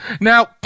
Now